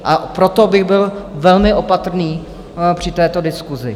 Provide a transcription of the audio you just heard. A proto bych byl velmi opatrný při této diskusi.